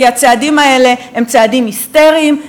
כי הצעדים האלה הם צעדים היסטריים,